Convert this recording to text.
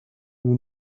who